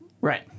Right